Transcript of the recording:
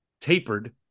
tapered